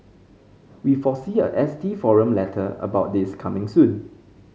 we foresee a S T forum letter about this coming soon